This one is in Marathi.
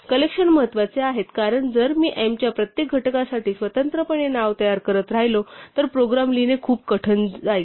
कलेक्शन महत्वाचे आहेत कारण जर मी m च्या प्रत्येक घटकासाठी स्वतंत्रपणे नाव तयार करत राहिलो तर प्रोग्राम लिहिणे खूप कठीण होईल